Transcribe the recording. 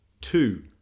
two